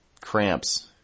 cramps